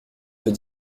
veut